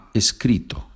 escrito